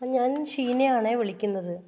ഞാൻ ഷീനയാണെ വിളിയ്ക്കുന്നത്